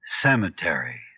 cemetery